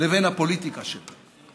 לבין הפוליטיקה שלה.